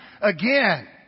again